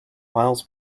miles